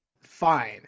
fine